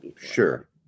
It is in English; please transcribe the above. sure